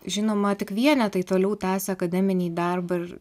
žinoma tik vienetai toliau tęsia akademinį darbą ir